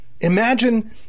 Imagine